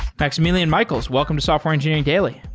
maximilian michels, welcome to software engineering daily.